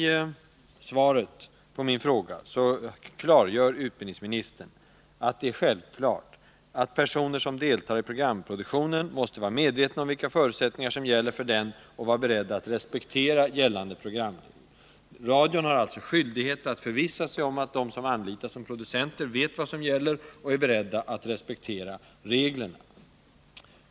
I svaret på min fråga klargör utbildningsministern att det är självklart att personer som deltar i programproduktionen måste vara medvetna om vilka förutsättningar som gäller för den och vara beredda att respektera gällande programregler. Radion har alltså skyldighet att förvissa sig om att de som anlitas som producenter vet vad som gäller och är beredda att respektera reglerna.